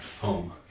home